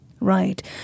Right